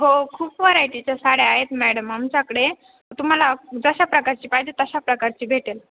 हो खूप वरायटीच्या साड्या आहेत मॅडम आमच्याकडे तुम्हाला जशा प्रकारची पाहिजे तशा प्रकारची भेटेल